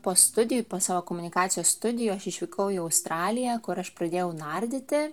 po studijų po savo komunikacijos studijų aš išvykau į australiją kur aš pradėjau nardyti